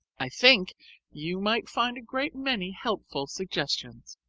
i think you might find a great many helpful suggestions.